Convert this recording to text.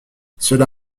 cela